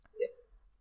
Yes